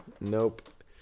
Nope